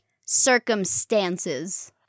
circumstances